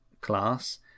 class